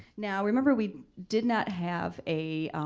now remember we did not have a